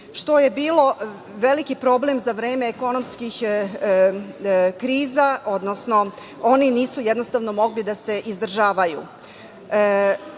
što je bio veliki problem za vreme ekonomskih kriza, odnosno oni nisu jednostavno mogli da se izdržavaju.S